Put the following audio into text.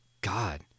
God